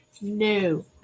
No